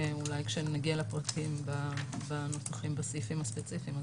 ואולי כשנגיע לפרקים בנוסחים בסעיפים הספציפיים,